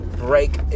break